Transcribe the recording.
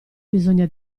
bisogna